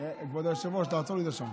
כבוד היושב-ראש, תעצור לי את השעון.